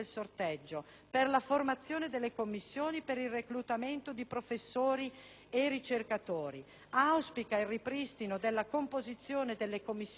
per la formazione delle commissioni per il reclutamento di professori e ricercatori, auspica il ripristino della composizione delle commissioni antecedente